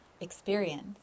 experience